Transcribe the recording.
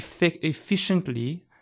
efficiently